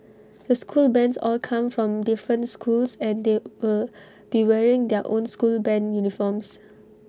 the school bands all come from different schools and they will be wearing their own school Band uniforms